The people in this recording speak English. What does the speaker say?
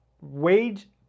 wage